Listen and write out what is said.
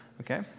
okay